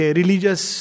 religious